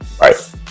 Right